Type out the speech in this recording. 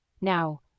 Now